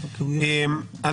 ראשית,